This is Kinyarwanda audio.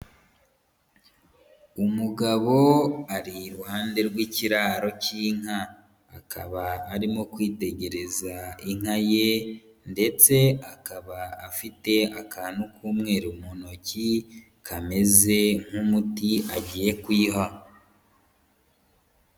Umugabo ari iruhande rw'ikiraro cy'inka, akaba arimo kwitegereza inka ye ndetse akaba afite akantu k'umweru mu ntoki kameze nk'umuti agiye kuyiha.